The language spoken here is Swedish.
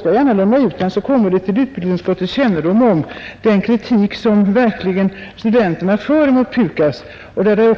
skall gärna låna ut den — det är nr 1 för år 1971 — så att den kritik som studenterna verkligen framför kommer till utbildningsutskottets kännedom.